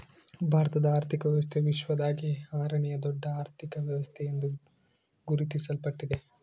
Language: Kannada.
ಭಾರತದ ಆರ್ಥಿಕ ವ್ಯವಸ್ಥೆ ವಿಶ್ವದಾಗೇ ಆರನೇಯಾ ದೊಡ್ಡ ಅರ್ಥಕ ವ್ಯವಸ್ಥೆ ಎಂದು ಗುರುತಿಸಲ್ಪಟ್ಟಿದೆ